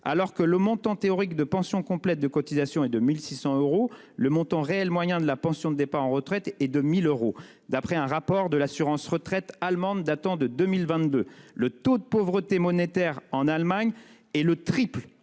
Alors que le montant théorique de pension complète de cotisations est de 1 600 euros, le montant réel moyen de la pension de départ à la retraite est de 1 000 euros, d'après un rapport de l'assurance retraite allemande datant de 2022. Le taux de pauvreté monétaire en Allemagne est le triple